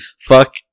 fuck